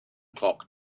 clock